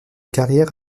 carrière